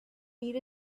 need